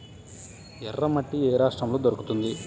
ఎర్రమట్టి ఏ రాష్ట్రంలో దొరుకుతుంది?